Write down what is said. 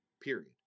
period